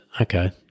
okay